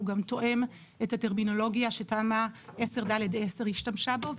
והוא גם תואם את הטרמינולוגיה שתמ"א/10/ד/10 השתמשה בו,